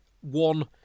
one